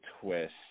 twist